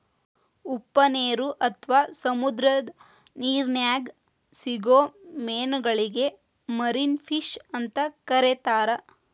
ಉಪ್ಪನೇರು ಅತ್ವಾ ಸಮುದ್ರದ ನಿರ್ನ್ಯಾಗ್ ಸಿಗೋ ಮೇನಗಳಿಗೆ ಮರಿನ್ ಫಿಶ್ ಅಂತ ಕರೇತಾರ